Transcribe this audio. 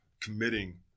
committing